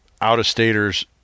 out-of-staters